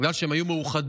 בגלל שהם היו מאוחדים,